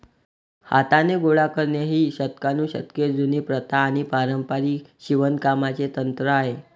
हाताने गोळा करणे ही शतकानुशतके जुनी प्रथा आणि पारंपारिक शिवणकामाचे तंत्र आहे